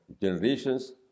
generations